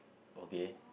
okay